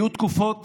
היו תקופות